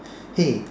hey